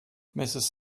mrs